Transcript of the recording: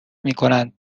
میکنند